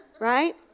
right